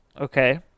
Okay